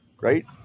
right